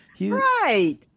Right